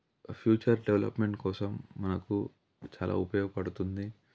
future development కోసం మనకు చాలా ఉపయోగపడుతుంది